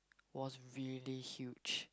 was really huge